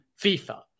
FIFA